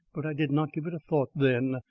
but i did not give it a thought then.